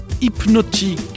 hypnotique